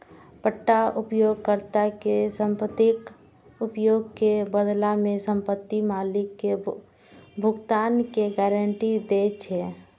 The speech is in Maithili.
पट्टा उपयोगकर्ता कें संपत्तिक उपयोग के बदला मे संपत्ति मालिक कें भुगतान के गारंटी दै छै